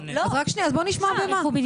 בוא נשמע במה.